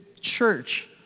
church